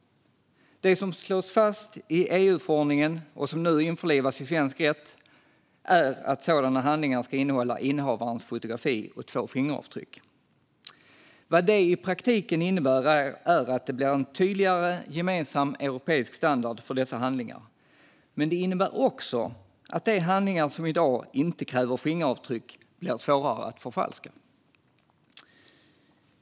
Det som slås fast i EU-förordningen och som nu införlivas i svensk rätt är att sådana handlingar ska innehålla innehavarens fotografi och två fingeravtryck. Vad detta i praktiken innebär är att det blir en tydligare gemensam europeisk standard för dessa handlingar. Det innebär också att de handlingar som i dag inte kräver fingeravtryck blir svårare att förfalska.